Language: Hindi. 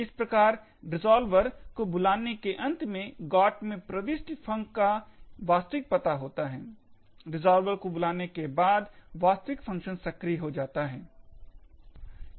इस प्रकार रिज़ॉल्वर को बुलाने के अंत में GOT में प्रविष्टि func का वास्तविक पता होता है रिज़ॉल्वर को बुलाने के बाद वास्तविक फ़ंक्शन सक्रिय हो जाता है